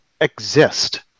exist